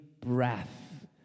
breath